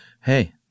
hey